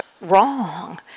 wrong